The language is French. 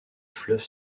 fleuve